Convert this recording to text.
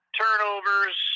turnovers